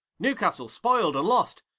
newcastle spoiled and lost,